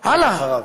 הלאה.